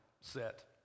set